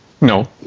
No